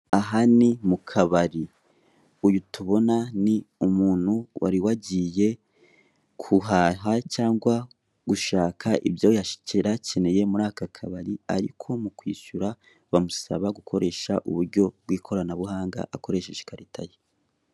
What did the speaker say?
Aha ni mu kabari, uyu tubona ni umuntu wari wagiye kuhaha cyangwa gushaka ibyo yari akeneye muri aka kabari. Ariko mu kwishyura bamusaba gukoresha uburyo bw'ikoranabuhanga, akoresheje ikarita ye.